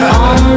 on